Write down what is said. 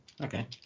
okay